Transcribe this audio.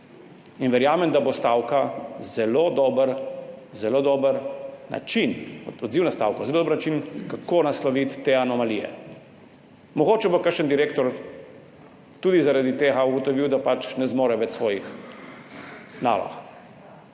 Verjamem, da bo odziv na stavko zelo dober način, kako nasloviti te anomalije. Mogoče bo kakšen direktor tudi zaradi tega ugotovil, da pač ne zmore več svojih nalog,